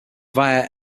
via